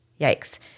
Yikes